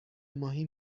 ماهی